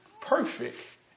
perfect